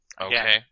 Okay